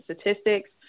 statistics